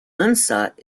unsought